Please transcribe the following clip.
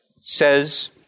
says